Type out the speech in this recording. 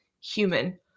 human